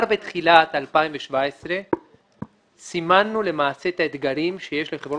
בתחילת 2017 סימנו למעשה את האתגרים שיש לחברות